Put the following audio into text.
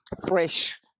fresh